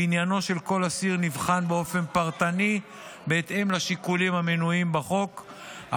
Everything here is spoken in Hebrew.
ועניינו של כל אסיר נבחן באופן פרטני בהתאם לשיקולים המנויים בחוק,